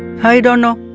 here? i don't know